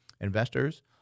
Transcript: investors